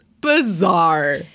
Bizarre